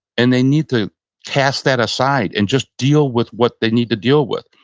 and they need to cast that aside and just deal with what they need to deal with.